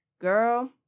Girl